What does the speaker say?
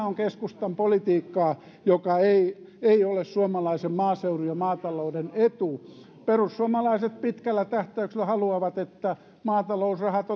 on keskustan politiikkaa joka ei ei ole suomalaisen maaseudun ja maatalouden etu perussuomalaiset pitkällä tähtäyksellä haluavat että maatalousrahat